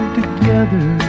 together